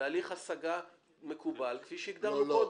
בהליך השגה מקובל כפי שהגדרנו קודם.